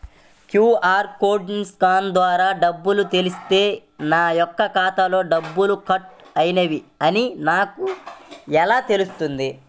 QR కోడ్ని scan ద్వారా డబ్బులు చెల్లిస్తే నా యొక్క ఖాతాలో డబ్బులు కట్ అయినవి అని నాకు ఎలా తెలుస్తుంది?